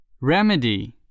Remedy